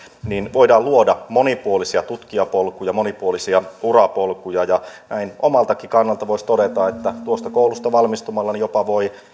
voidaan luoda monipuolisia tutkijapolkuja monipuolisia urapolkuja näin omaltakin kannalta voisi todeta että tuosta koulusta valmistumalla voi päätyä